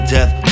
Death